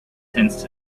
sensed